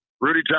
Rudy